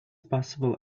possible